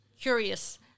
curious